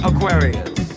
Aquarius